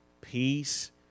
Peace